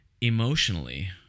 emotionally